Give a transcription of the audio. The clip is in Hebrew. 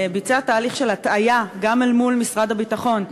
ביצע תהליך של הטעיה גם אל מול משרד הביטחון.